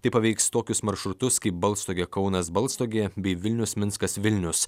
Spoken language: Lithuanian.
tai paveiks tokius maršrutus kaip balstogė kaunas balstogė bei vilnius minskas vilnius